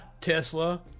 Tesla